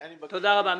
תודה רבה.